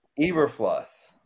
Eberfluss